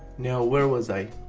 now where was i?